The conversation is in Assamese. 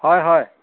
হয় হয়